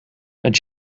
een